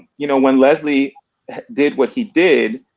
you know, when leslie did what he did,